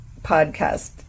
podcast